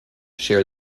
share